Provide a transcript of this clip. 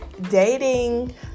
dating